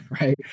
right